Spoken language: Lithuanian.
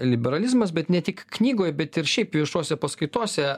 liberalizmas bet ne tik knygoj bet ir šiaip viešose paskaitose